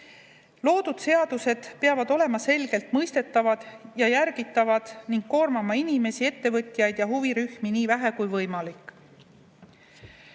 Loodud seadused peavad olema selgelt mõistetavad ja järgitavad ning koormama inimesi, ettevõtjaid ja huvirühmi nii vähe kui võimalik.